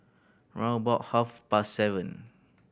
round about half past seven